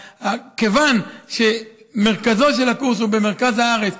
שכיוון שמרכזו של הקורס הוא במרכז הארץ,